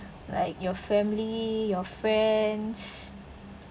like your family your friends